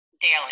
daily